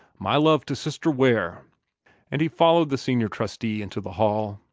my love to sister ware and he followed the senior trustee into the hall.